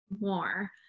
more